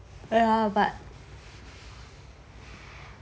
all well but